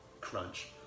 crunch